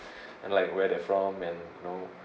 and like where they're from and you know